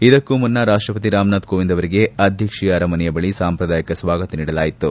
ಇದಕ್ಕೂ ಮುನ್ನ ರಾಪ್ಲಪತಿ ರಾಮನಾಥ್ ಕೋವಿಂದ್ ಅವರಿಗೆ ಅಧ್ಯಕ್ಷೀಯ ಅರಮನೆಯ ಬಳಿ ಸಾಂಪ್ರದಾಯಿಕ ಸ್ವಾಗತ ನೀಡಲಾಯಿತು